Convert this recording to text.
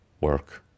work